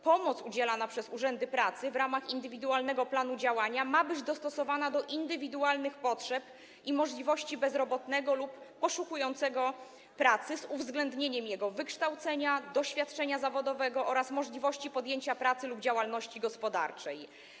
Pomoc udzielana przez urzędy pracy w ramach indywidualnego planu działania ma być dostosowana do indywidualnych potrzeb i możliwości bezrobotnego lub poszukującego pracy, z uwzględnieniem jego wykształcenia, doświadczenia zawodowego oraz możliwości podjęcia pracy lub działalności gospodarczej.